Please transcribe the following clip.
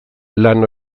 lan